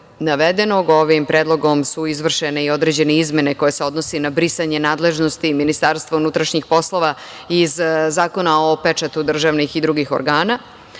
ovim predlogom su izvršene i određene izmene koje se odnose i na brisanje nadležnosti Ministarstva unutrašnjih poslova iz Zakona o pečatu državnih i drugih organa. Naime,